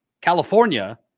California